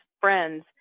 friends